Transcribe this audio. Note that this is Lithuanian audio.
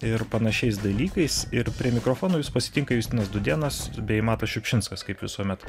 ir panašiais dalykais ir prie mikrofono jus pasitinka justinas dūdėnas bei matas šiupšinskas kaip visuomet